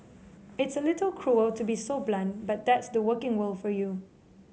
it's a little cruel to be so blunt but that's the working world for you